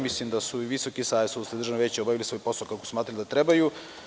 Mislim da su i Visoki savet sudstva i Državno veće obavili svoj posao kako smatraju da treba.